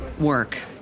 work